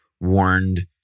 warned